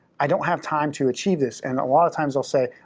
i don't have time to achieve this, and a lotta times they'll say,